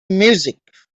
music